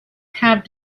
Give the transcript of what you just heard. have